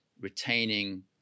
retaining